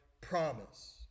promise